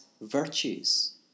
virtues